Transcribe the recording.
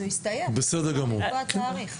אז הוא הסתיים, צריך לקבוע תאריך.